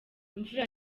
imvura